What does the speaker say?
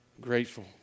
grateful